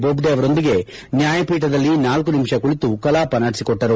ಬೋಬ್ಡೆ ಅವರೊಂದಿಗೆ ನ್ಯಾಯಪೀಠದಲ್ಲಿ ನಾಲ್ಕು ನಿಮಿಷ ಕುಳಿತು ಕಲಾಪ ನಡೆಸಿಕೊಟ್ಟರು